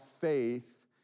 faith